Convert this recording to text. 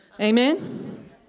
Amen